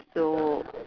so